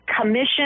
commission